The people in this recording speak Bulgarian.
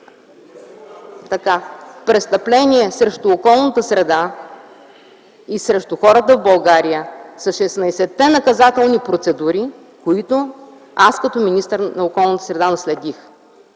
Престъпление срещу околната среда и срещу хората в България са 16-те наказателни процедури, които аз като министър на околната среда и водите